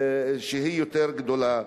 יותר גדולה.